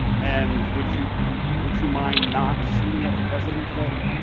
and, would you would you mind not shooting at the president, today?